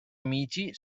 amici